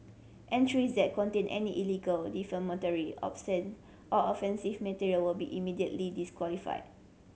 entries that contain any illegal defamatory obscene or offensive material will be immediately disqualified